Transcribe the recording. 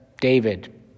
David